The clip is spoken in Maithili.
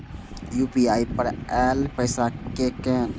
यू.पी.आई पर आएल पैसा कै कैन?